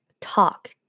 talk